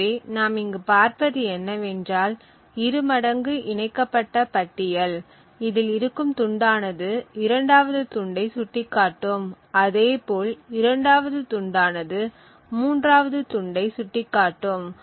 எனவே நாம் இங்கு பார்ப்பது என்னவென்றால் இருமடங்கு இணைக்கப்பட்ட பட்டியல் இதில் இருக்கும் துண்டானது இரண்டாவது துண்டை சுட்டிக் காட்டும் அதே போல் இரண்டாவது துண்டானது மூன்றாவது துண்டை சுட்டிக் காட்டும்